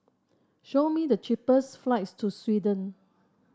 show me the cheapest flights to Sweden